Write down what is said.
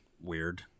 weird